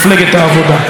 ואני תכף אגע,